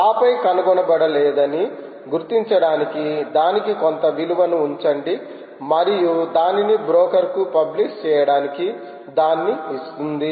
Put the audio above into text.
ఆపై కనుగొనబడలేదని గుర్తించడానికి దానికి కొంత విలువను ఉంచండి మరియు దానిని బ్రోకర్ కు పబ్లిష్ చెయడానికి దాన్ని ఇస్తుంది